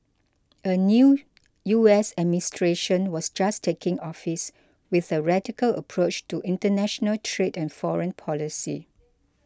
a new U S administration was just taking office with a radical approach to international trade and foreign policy